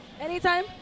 Anytime